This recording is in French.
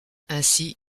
ainsi